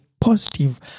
positive